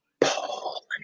Paul